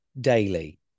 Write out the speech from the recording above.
Daily